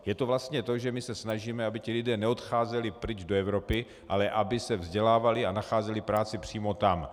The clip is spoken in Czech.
Je to vlastně to, že se snažíme, aby ti lidé neodcházeli pryč do Evropy, ale aby se vzdělávali a nacházeli práci přímo tam.